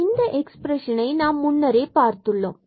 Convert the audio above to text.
எனவே இந்த எக்ஸ்பிரஷனை நாம் முன்னரே பார்த்துள்ளோம்